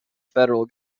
federal